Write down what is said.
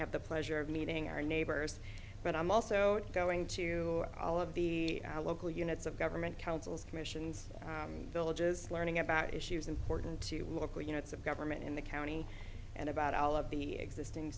have the pleasure of meeting our neighbors but i'm also going to all of the local units of government councils commissions and villages learning about issues important to look at you know it's a government in the county and about all of the existing